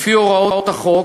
לפי הוראות החוק,